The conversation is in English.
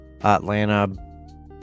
Atlanta